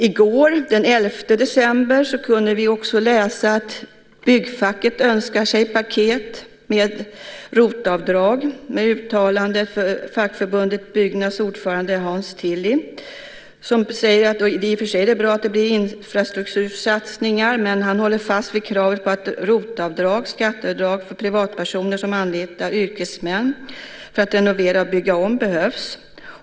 I går, den 11 december, kunde vi också läsa att byggfacket önskar sig ett paket med ROT-avdrag. Fackförbundet Byggnads ordförande Hans Tilly uttalade sig om att det i och för sig är bra att det blir infrastruktursatsningar. Men han håller fast vid kravet på att ROT-avdrag, skatteavdrag för privatpersoner som anlitar yrkesmän för att renovera och bygga om, behövs.